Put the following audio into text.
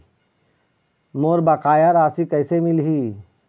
मोर बकाया राशि कैसे मिलही?